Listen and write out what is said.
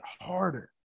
harder